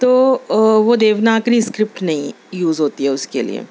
تو وہ دیوناگری اسکرپٹ نہیں یوز ہوتی ہے اس کے لیے